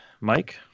Mike